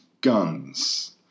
guns